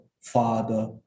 father